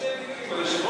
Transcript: שתי מילים, היושב-ראש.